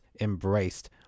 embraced